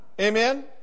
Amen